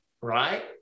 right